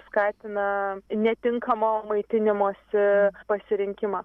skatina netinkamo maitinimosi pasirinkimą